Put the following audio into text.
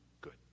Good